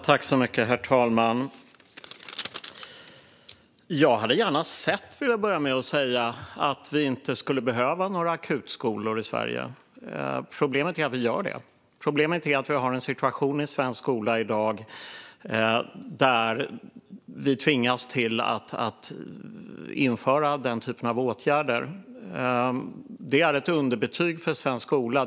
Herr talman! Låt mig börja med att säga att jag gärna hade sett att vi inte skulle behöva några akutskolor i Sverige. Problemet är bara att vi gör det. Problemet är att vi har en situation i svensk skola i dag där vi tvingas införa den typen av åtgärder. Det är ett underbetyg för svensk skola.